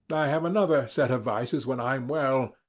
have another set of vices when i'm well,